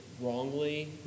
wrongly